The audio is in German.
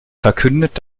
verkündet